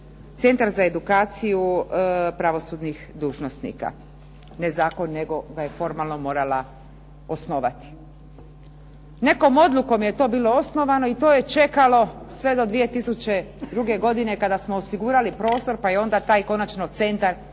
centar za edukaciju pravosudnih dužnosnika, ne zakon, nego ga je formalno morala osnovati. Nekom odlukom je to bilo osnovano i to je čekalo sve do 2002. godine kada smo osigurali prostor pa je onda taj centar konačno